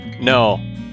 No